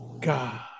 God